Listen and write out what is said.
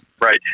Right